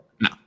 No